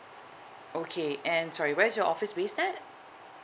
okay and sorry where is your office based at